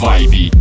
Vibe